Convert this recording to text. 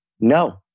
no